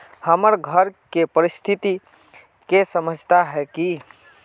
हमर घर के परिस्थिति के समझता है की?